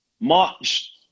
March